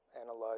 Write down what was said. analyze